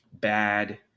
Bad